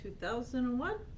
2001